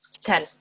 Ten